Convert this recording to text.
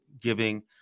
giving